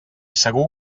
segur